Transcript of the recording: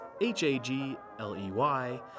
h-a-g-l-e-y